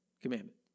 commandment